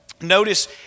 notice